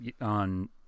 on